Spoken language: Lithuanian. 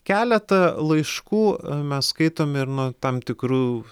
keletą laiškų mes skaitom ir nuo tam tikrų